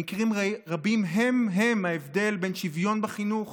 במקרים רבים הם-הם ההבדל בין שוויון בחינוך